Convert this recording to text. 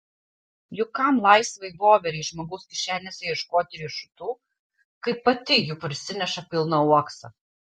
juk kam laisvai voverei žmogaus kišenėse ieškoti riešutų kaip pati jų prisineša pilną uoksą